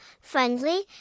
friendly